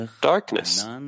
darkness